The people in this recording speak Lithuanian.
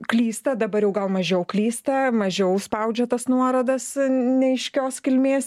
klysta dabar jau gal mažiau klysta mažiau spaudžia tas nuorodas neaiškios kilmės